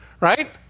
Right